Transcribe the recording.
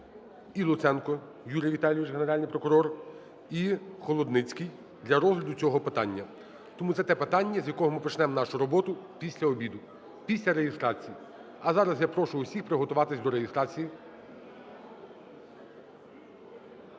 і Луценко Юрій Віталійович, Генеральний прокурор, і Холодницький для розгляду цього питання. Тому це те питання, з якого ми почнемо нашу роботу після обіду, після реєстрації. А зараз я прошу усіх приготуватися до реєстрації.